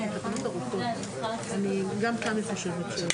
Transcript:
התרבות והספורט של הכנסת.